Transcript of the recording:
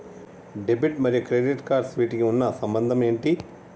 Debit మరియు credit cards వీటికి ఉన్న సంబంధం ఏంటి?